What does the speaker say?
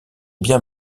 bien